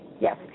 yes